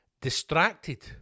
distracted